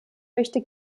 möchte